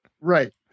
Right